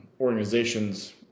organizations